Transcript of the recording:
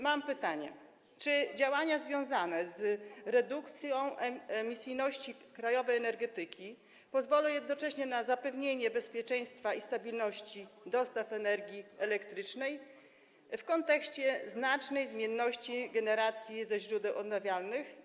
Mam pytanie, czy działania związane z redukcją emisyjności krajowej energetyki pozwolą jednocześnie na zapewnienie bezpieczeństwa i stabilności dostaw energii elektrycznej w kontekście znacznej zmienności generacji ze źródeł odnawialnych.